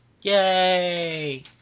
Yay